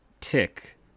tick